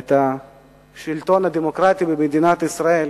את השלטון הדמוקרטי במדינת ישראל,